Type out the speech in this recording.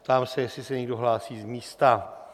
Ptám se, jestli se někdo hlásí z místa.